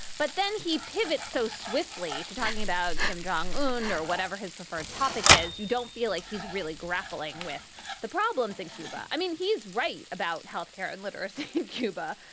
but then he pivots so swiftly to talking about kim jong un or whatever his preferred topic is. you don't feel like he's really grappling with the problems in cuba. i mean, he's right about health care and literacy in cuba.